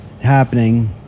happening